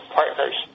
partners